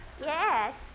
Yes